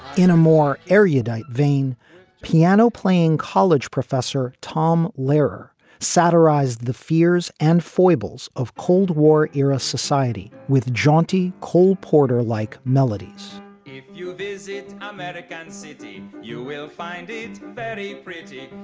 in a more area, deep vein piano playing college professor tom letterer satirized the fears and foibles of cold war era society with jaunty cole porter like melodies if you visit american city, you will find it very pretty.